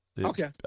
okay